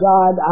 God